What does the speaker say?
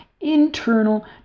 internal